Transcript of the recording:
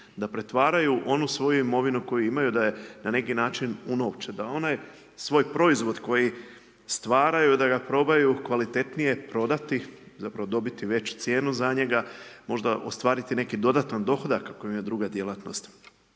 da pretvaraju onu svoju imovinu koju imaju da je na neki način unovče, da onaj svoj proizvod koji stvaraju da ga probaju kvalitetnije prodati zapravo dobiti veću cijenu za njega, možda ostvariti neki dodatni dohodak kojem je druga djelatnost.